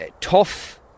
Tough